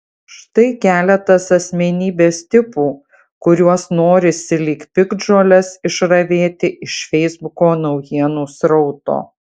štai keletas asmenybės tipų kuriuos norisi lyg piktžoles išravėti iš feisbuko naujienų srauto